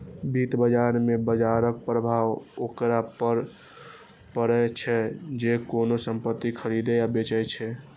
वित्त बाजार मे बाजरक प्रभाव ओकरा पर पड़ै छै, जे कोनो संपत्ति खरीदै या बेचै छै